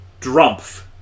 Drumpf